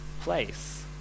place